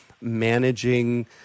managing